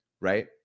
right